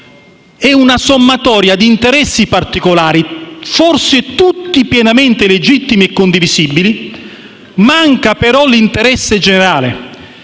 È una sommatoria di interessi particolari, forse tutti pienamente legittimi e condivisibili, manca però l'interesse generale: